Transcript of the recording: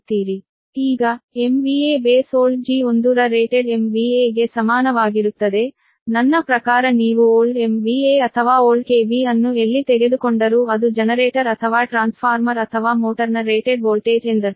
ಈಗ Bold G1 ರ rated MVA ಗೆ ಸಮಾನವಾಗಿರುತ್ತದೆ ನನ್ನ ಪ್ರಕಾರ ನೀವು ಓಲ್ಡ್ MVA ಅಥವಾ ಓಲ್ಡ್ KV ಅನ್ನು ಎಲ್ಲಿ ತೆಗೆದುಕೊಂಡರೂ ಅದು ಜನರೇಟರ್ ಅಥವಾ ಟ್ರಾನ್ಸ್ಫಾರ್ಮರ್ ಅಥವಾ ಮೋಟರ್ನ ರೇಟೆಡ್ ವೋಲ್ಟೇಜ್ ಎಂದರ್ಥ